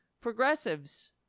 progressives